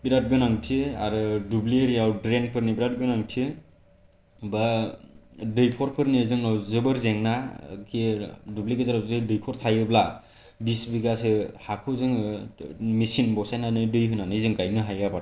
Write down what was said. बिराद गोनांथि आरो दुब्लि एरियायाव ड्रेनफोरनि बिराद गोनांथि बा दैखरफोरनि जोंनियाव जोबोर जेंना खि दुब्लि गेजेराव बे दैखर थायोब्ला बिस बिघासो हाखौ जोङो मेसिन बसायनानै दै होनानै जोङो गायनो हायो आबादखौ